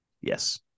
Yes